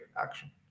action